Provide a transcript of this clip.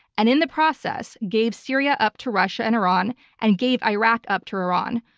and in the process gave syria up to russia and iran and gave iraq up to iran.